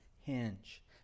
hinge